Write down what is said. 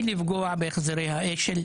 למרות שמבחינת המרחק שניהם 30 ומשהו ק"מ.